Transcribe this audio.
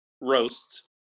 roasts